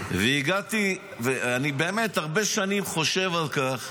והגעתי, ואני באמת הרבה שנים חושב על כך,